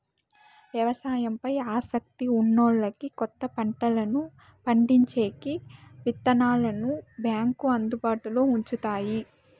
వ్యవసాయం పై ఆసక్తి ఉన్నోల్లకి కొత్త పంటలను పండించేకి విత్తనాలను బ్యాంకు అందుబాటులో ఉంచుతాది